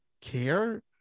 care